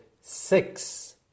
six